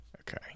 okay